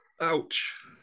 Ouch